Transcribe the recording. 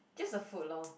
just the food lor